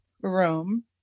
room